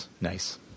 Nice